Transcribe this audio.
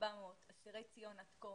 כ-3,400 אסירי ציון עד כה